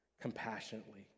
compassionately